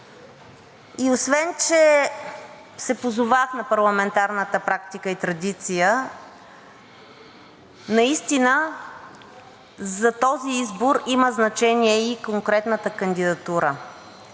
Освен че се позовах на парламентарната практика и традиция, за този избор има значение и конкретната кандидатура,